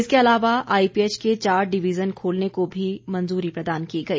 इसके अलावा आईपीएच के चार डिवीजन खोलने को भी मंजूरी प्रदान की गई